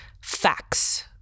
facts